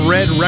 Red